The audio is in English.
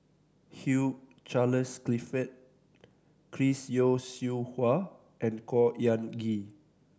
Hugh Charles Clifford Chris Yeo Siew Hua and Khor Ean Ghee